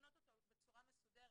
לבנות אותו בצורה מסודרת.